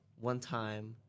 one-time